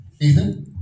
Ethan